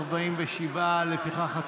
47. לפיכך,